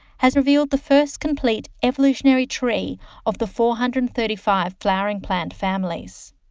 has revealed the first complete evolutionary tree of the four hundred and thirty five flowering plant families.